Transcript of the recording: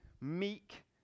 meek